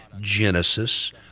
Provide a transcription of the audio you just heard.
Genesis